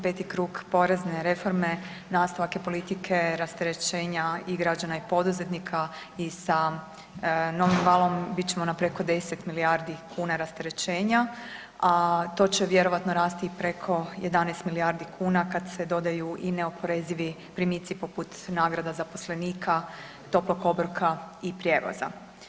Peti krug porezne reforme nastavak je politike rasterećenja i građana i poduzetnika, i sa novim valom bit ćemo na preko 10 milijardi kuna rasterećenja, a to će vjerojatno rasti i preko 11 milijardi kuna kad se dodaju i neoporezivi primitci poput nagrada zaposlenika, toplog obroka i prijevoza.